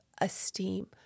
esteem